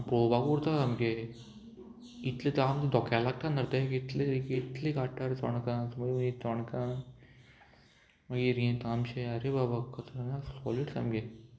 पळोवपाकू उरता सामके इतले जाम धोक्या लागता न रे ते कितले काडटा रे चोणकां चोणकां मागीर हें तामशे आरे बाबा कतरनाक सोलीड सामकें